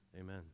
Amen